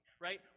right